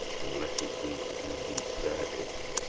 unless it be to do thee service.